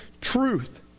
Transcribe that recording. truth